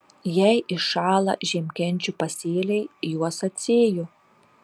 jei iššąla žiemkenčių pasėliai juos atsėju